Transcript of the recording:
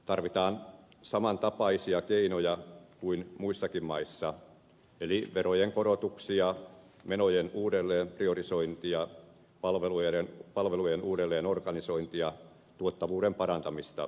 tarvitaan samantapaisia keinoja kuin muissakin maissa eli verojen korotuksia menojen uudelleenpriorisointia palvelujen uudelleenorganisointia tuottavuuden parantamista ja niin edelleen